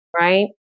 right